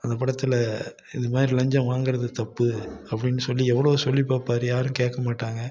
அந்த படத்தில் இது மாதிரி லஞ்சம் வாங்கறது தப்பு அப்படின்னு சொல்லி எவ்வளோவோ சொல்லி பார்ப்பாரு யாரும் கேட்க மாட்டாங்க